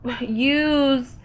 use